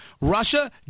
Russia